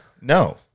No